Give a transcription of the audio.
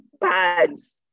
bags